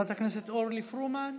חברת הכנסת אורלי פרומן,